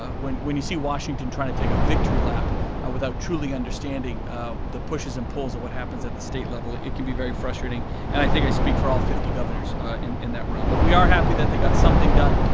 ah when when you see washington trying to take a victory lap without truly understanding the pushes and pulls of what happens at the state level it can be very frustrating and i think i speak for all fifty governors in in that realm but we're happy they got something done.